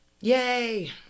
Yay